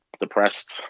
depressed